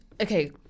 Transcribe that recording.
Okay